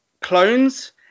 clones